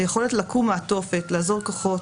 היכולת לקום מהתופת, לאזור כוחות